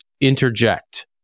interject